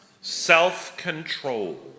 self-control